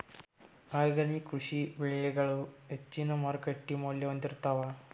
organic ಕೃಷಿ ಬೆಳಿಗಳು ಹೆಚ್ಚಿನ್ ಮಾರುಕಟ್ಟಿ ಮೌಲ್ಯ ಹೊಂದಿರುತ್ತಾವ